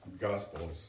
gospels